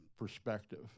perspective